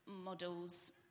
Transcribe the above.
models